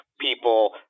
people